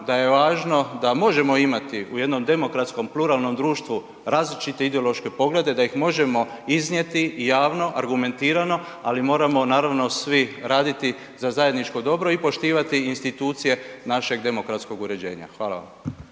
da je važno da možemo imati u jednom demokratskom pluralnom društvu različite ideološke poglede, da ih možemo iznijeti javno, argumentirano, ali moramo naravno svi raditi za zajedničko dobro i poštivati institucije našeg demokratskog uređenja. Hvala vam.